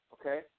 okay